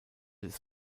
des